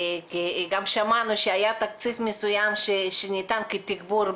גם שמענו שהיה תקציב מסוים שניתן כתגבור,